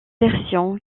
version